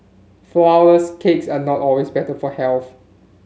flowers cakes are not always better for health